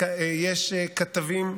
יש כתבים,